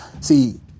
see